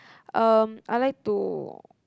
um I like to